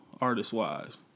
artist-wise